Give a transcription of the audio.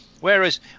whereas